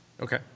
Okay